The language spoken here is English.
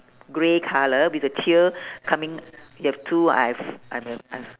grey colour with a tail coming you have two I have I've uh I have